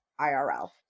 IRL